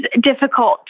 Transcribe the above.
difficult